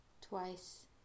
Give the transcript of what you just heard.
twice